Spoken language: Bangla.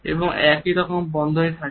এবং এইরকমভাবে বন্ধই থাকে